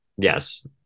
Yes